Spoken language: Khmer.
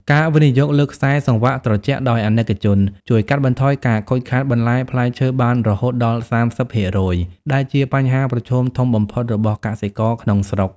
ការវិនិយោគលើ "ខ្សែសង្វាក់ត្រជាក់" ដោយអាណិកជន ជួយកាត់បន្ថយការខូចខាតបន្លែផ្លែឈើបានរហូតដល់ ៣០% ដែលជាបញ្ហាប្រឈមធំបំផុតរបស់កសិករក្នុងស្រុក។